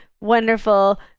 wonderful